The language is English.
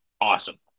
awesome